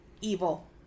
evil